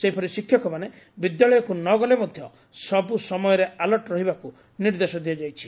ସେହିପରି ଶିକ୍ଷକମାନେ ବିଦ୍ୟାଳୟକୁ ନଗଲେ ମଧ ସବୁସମୟରେ ଆଲର୍ଟ ରହିବାକୁ ନିର୍ଦ୍ଦେଶ ଦିଆଯାଇଛି